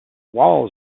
walls